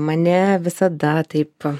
mane visada taip